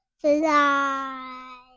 Fly